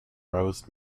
roused